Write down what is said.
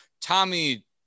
Tommy